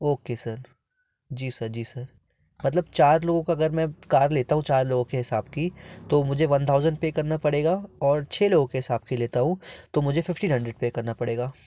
okay sir ji sir ji sir मतलब चार लोगों का अगर मैं कार लेता हूँ चार लोगों के हिसाब की तो मुझे वन थाउसेंट पर करना पड़ेगा और छः लोगों के हिसाब से लेता हूँ तो मुझे फ़िफ़्टीन हंड्रेड पर करना पड़ेगा